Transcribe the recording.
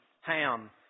Ham